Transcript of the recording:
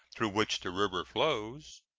through which the river flows,